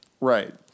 right